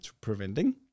preventing